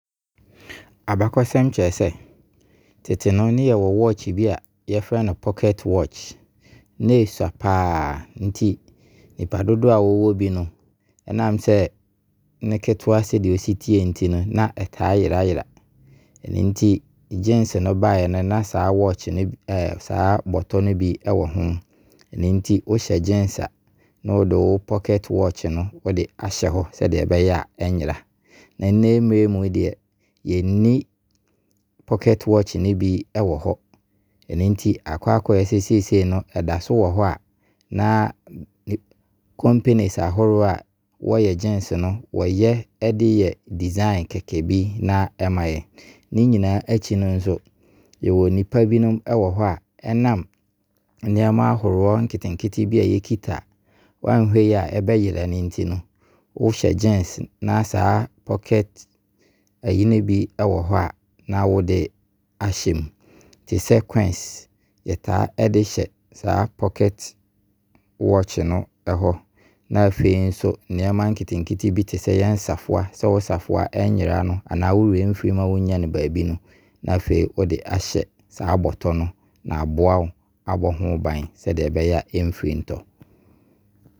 Abakɔsem kyerɛ sɛ tete no ne yɛwɔ watch bi a yɛfrɛ no pocket watch. Na ɛsua paa. Nti nipa dodoɔ wɔwɔ bi no, ɛnam sɛ ne ketewa ne sɛdeɛ ɛsi teɛ nti no na ɛtaa yerayera. Ɛno nti jeans ɛbaa yɛ no na saa watch no saa bɔtɔ no bi ɛwɔ ho. Ɛno nti wohyɛ jeans a na wo de wo pocket watch no de ahyɛ hɔ sɛdeɛ ɛbɛyɛ a ɛnyera. Na nnɛ mmerɛ mu deɛ, yɛnni poket watch no bi ɛwɔ hɔ. Ɛno nti akɔ akɔyɛ sɛ seisei no ɛda so ɛwɔ hɔ a na companies ahoroɔ a wɔyɛ jeans no wɔyɛ de yɛ design kɛkɛ bi na ɛma yɛn. Ne nyinaa akyi no nso, yɛwɔ nipa binom ɛwɔ hɔ a ɛnam nneɛma ahoroɔ nketenkete bi a yɛkita a wanhwɛ yie a ɛbɛyera no nti no wohyɛ jeans na saa pocket ayi no bi wɔ hɔ a na wode ahyɛ mu. Te sɛ coins yɛtaa ɛde hyɛ saa pocket watch no ɛhɔ. Na afei nso nneɛma nketenkete bi te sɛ yɛnsafoa. Sɛ wo safoa ɛnyera no anaa no wo werɛ ɛmfiri mma wonnya no baabi no na afei wode ahyɛ saa bɔtɔ no. Na aboa wo abɔ ho ban sɛdeɛ ɛbɛyɛ a ɛmfiri ntɔ.